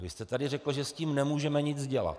Vy jste tady řekl, že s tím nemůžeme nic dělat.